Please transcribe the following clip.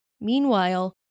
Meanwhile